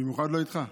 במיוחד לא איתך.